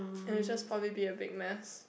and it'll just probably be a big mess